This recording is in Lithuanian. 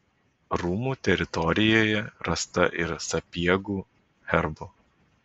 rūmų teritorijoje rasta ir sapiegų herbų